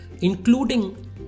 including